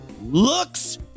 looks